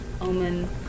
Omen